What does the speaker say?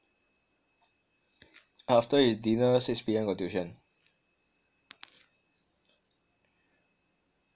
after his dinner six P_M got tuition